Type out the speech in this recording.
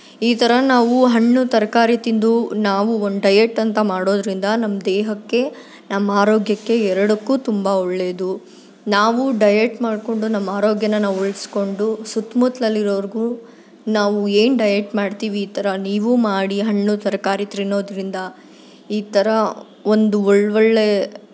ಈ ಥರ ನಾವು ಹಣ್ಣು ತರಕಾರಿ ತಿಂದು ನಾವೂ ಒಂದು ಡಯೆಟ್ ಅಂತ ಮಾಡೋದರಿಂದ ನಮ್ಮ ದೇಹಕ್ಕೆ ನಮ್ಮ ಆರೋಗ್ಯಕ್ಕೆ ಎರಡಕ್ಕೂ ತುಂಬ ಒಳ್ಳೆಯದು ನಾವೂ ಡಯೆಟ್ ಮಾಡಿಕೊಂಡು ನಮ್ಮ ಆರೋಗ್ಯಾನ ನಾವು ಉಳಿಸ್ಕೊಂಡು ಸುತ್ತ ಮುತ್ಲಲ್ಲಿ ಇರೋರಿಗೂ ನಾವು ಏನು ಡಯೆಟ್ ಮಾಡ್ತೀವಿ ಈ ಥರ ನೀವೂ ಮಾಡಿ ಹಣ್ಣು ತರಕಾರಿ ತಿನ್ನೋದ್ರಿಂದ ಈ ಥರ ಒಂದು ಒಳ್ಳೆಒಳ್ಳೆಯ